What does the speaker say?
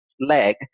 leg